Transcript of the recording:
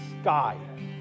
sky